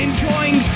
Enjoying